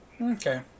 Okay